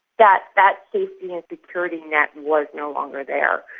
that that safety and security net was no longer there.